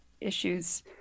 issues